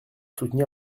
soutenir